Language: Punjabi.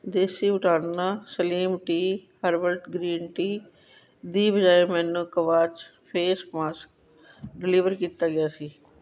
ਦੇਸੀ ਊਟਾਨਾ slim tea herbal green tea ਦੀ ਬਜਾਏ ਮੈਨੂੰ ਕਵਾਚ ਫੇਸ ਮਾਸਕ ਡਿਲੀਵਰ ਕੀਤਾ ਗਿਆ ਸੀ